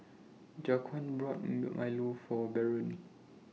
Jaquan bought Milo For Barron